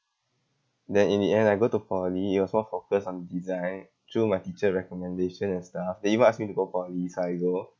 then in the end I go to poly it was more focused on design through my teacher recommendation and stuff they even ask me to go poly so I go